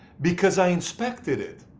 because i inspected it.